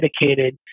dedicated